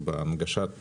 בהנגשת מידע,